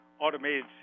automated